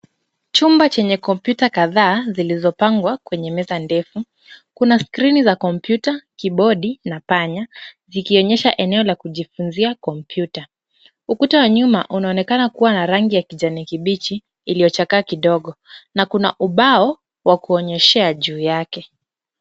Chumba chenye kompyuta kadhaa zilizopangwa kwenye meza ndefu. Kuna screen za kompyuta, kibodi na panya zikionyesha eneo la kujifunzia kompyuta. Ukuta wa nyuma unaonekana kuwa na rangi ya kijani kibichi iliyochakaa kidogo na kuna ubao wa kuonyeshea juu yake.